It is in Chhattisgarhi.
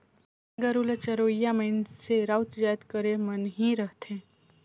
गाय गरू ल चरोइया मइनसे राउत जाएत कर मन ही रहथें